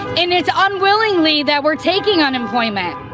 and it's unwillingly that we're taking unemployment.